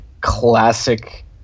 classic